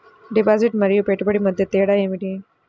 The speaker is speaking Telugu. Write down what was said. డిపాజిట్ మరియు పెట్టుబడి మధ్య తేడా ఏమిటి?